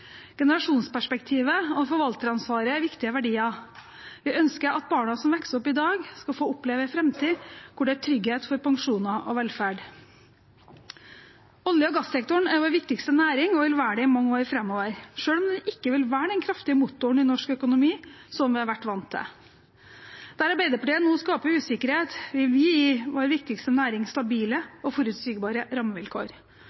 Generasjonsperspektivet og forvalteransvaret er viktige verdier. Vi ønsker at barna som vokser opp i dag, skal få oppleve en framtid hvor det er trygghet for pensjoner og velferd. Olje- og gass-sektoren er vår viktigste næring og vil være det i mange år framover, selv om den ikke vil være den kraftige motoren i norsk økonomi som vi har vært vant til. Der Arbeiderpartiet nå skaper usikkerhet, vil vi gi vår viktigste næring